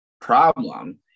problem